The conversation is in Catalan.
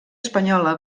espanyola